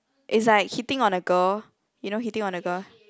it's like hitting on a girl you know hitting on a girl